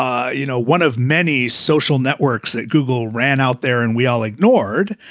um you know, one of many social networks that google ran out there and we all ignored.